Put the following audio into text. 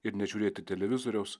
ir nežiūrėti televizoriaus